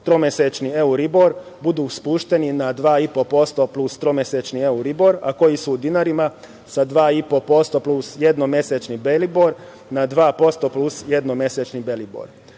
tromesečni euribor bude spušten na 2,5% plus tromesečni euribor, a koji su u dinarima sa 2,5% plus jednomesečni belibor na 2% plus jednomesečni belibor. Sa